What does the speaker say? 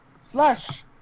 Slash